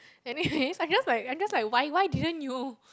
anyways I just like I just like why why didn't you